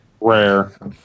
Rare